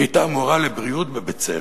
היא היתה מורה לבריאות בבית-ספר.